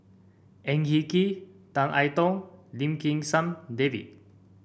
Ang Hin Kee Tan I Tong and Lim Kim San David